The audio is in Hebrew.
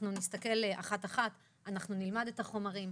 אנחנו נסתכל אחת-אחת, נלמד את החומרים.